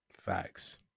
facts